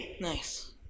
Nice